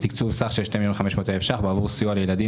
תקצוב סך של 2 מיליון ו-500 אלף שקלים עבור סיוע לילדים